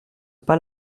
pas